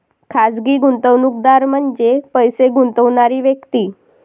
खाजगी गुंतवणूकदार म्हणजे पैसे गुंतवणारी व्यक्ती